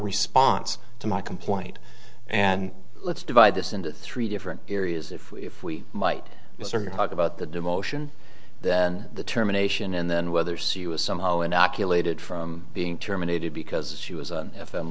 response to my complaint and let's divide this into three different areas if we might talk about the demotion then the terminations and then whether c was somehow inoculated from being terminated because she was an f m